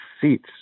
seats